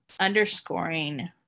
underscoring